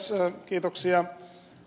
totean ed